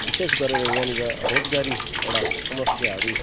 विशेष गरेर यहाँनिर रोजगारी एउटा समस्याहरू